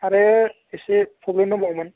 आरो एसे प्रब्लेम दंबावोमोन